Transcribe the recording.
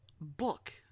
Book